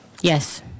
Yes